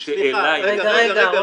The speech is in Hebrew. יש --- רגע.